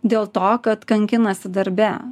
dėl to kad kankinasi darbe